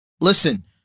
listen